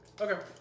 Okay